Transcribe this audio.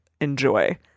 enjoy